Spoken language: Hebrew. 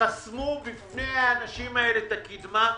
חסמו בפני האנשים האלה את הקדמה.